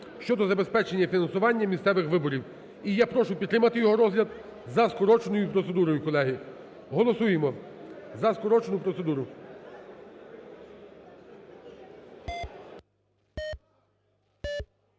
(щодо забезпечення фінансування місцевих виборів). І я прошу підтримати його розгляд за скороченою процедурою, колеги. Голосуємо за скорочену процедуру.